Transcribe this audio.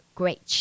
great